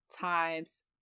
times